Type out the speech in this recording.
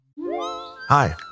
Hi